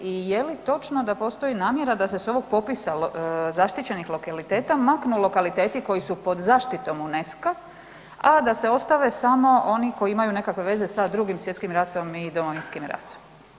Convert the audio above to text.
I je li točno da postoji namjera da se s ovog popisa zaštićenih lokaliteta maknu lokaliteti koji su pod zaštitom UNESCO-a, a da se ostave samo oni koji imaju nekakve veze sa Drugim svjetskim ratom i Domovinskim ratom?